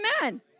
Amen